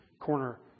corner